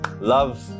love